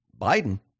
Biden